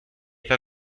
pas